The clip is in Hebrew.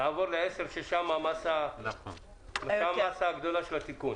נעבור לתיקון מס' 10, שם המסה הגדולה של התיקון.